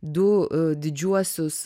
du didžiuosius